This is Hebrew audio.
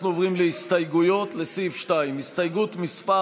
אנחנו עוברים להסתייגויות לסעיף 2. הסתייגות מס'